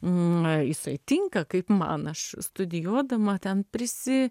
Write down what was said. jisai tinka kaip man aš studijuodama ten prisi